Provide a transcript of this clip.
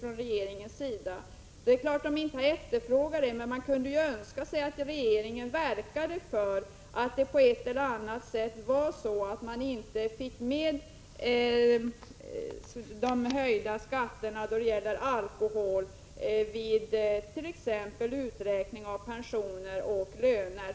Arbetsmarknadens parter har självfallet inte efterfrågat den här lösningen, men det vore önskvärt att regeringen verkade för att de höjda skatterna på alkohol på ett eller annat sätt inte togs med vid t.ex. uträkning av pensioner och löner.